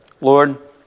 Lord